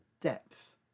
depth